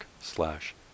slash